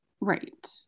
Right